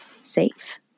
safe